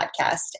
podcast